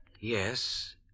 Yes